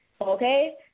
Okay